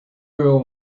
girl